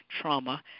trauma